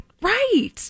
right